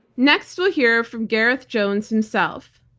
next we'll hear from gareth jones himself,